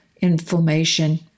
inflammation